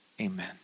Amen